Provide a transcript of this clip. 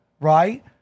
Right